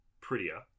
Prettier